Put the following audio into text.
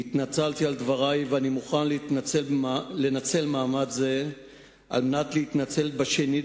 התנצלתי על דברי ואני מוכן לנצל מעמד זה כדי להתנצל שנית